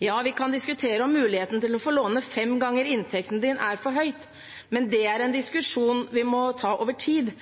Ja, vi kan diskutere muligheten til å få låne fem ganger inntekten, om det beløpet er for høyt, men det er en diskusjon vi må ta over tid,